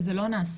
וזה לא נעשה.